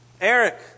Eric